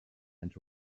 and